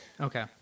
Okay